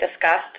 discussed